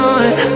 on